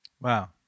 Wow